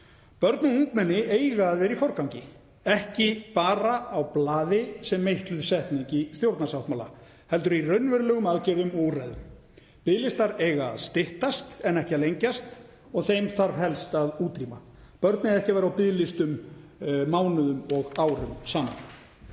Börn og ungmenni eiga að vera í forgangi, ekki bara á blaði sem meitluð setning í stjórnarsáttmála heldur í raunverulegum aðgerðum og úrræðum. Biðlistar eiga styttast en ekki að lengjast og þeim þarf helst að útrýma. Börn eiga ekki að vera á biðlistum mánuðum og árum saman.